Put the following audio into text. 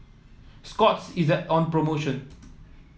Scott's is on promotion